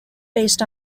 based